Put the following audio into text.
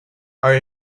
are